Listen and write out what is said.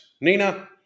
Nina